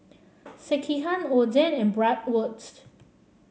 Sekihan Oden and Bratwurst